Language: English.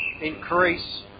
Increase